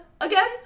again